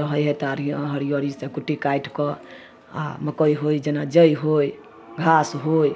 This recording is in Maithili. रहै हइ तऽ हरिअरी से कुट्टी काटिके आओर मकइ होइ जेना जइ होइ घास होइ